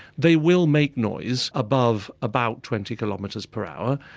they will make noise above about twenty kilometres per hour.